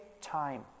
time